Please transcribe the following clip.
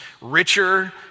richer